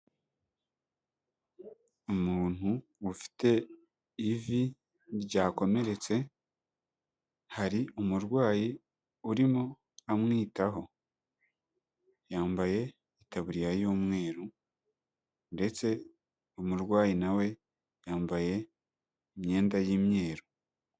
Umuntu ufite ivi ryakomeretse hari umurwayi urimo amwitaho, yambaye itaburiya y'umweru ndetse umurwayi na we yambaye imyenda y'imyeru.